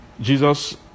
Jesus